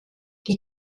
die